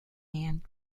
and